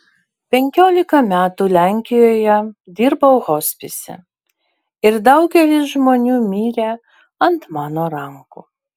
penkiolika metų lenkijoje dirbau hospise ir daugelis žmonių mirė ant mano rankų